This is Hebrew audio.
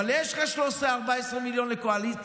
אבל יש לך 13 14 מיליון לקואליציוני.